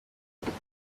urumva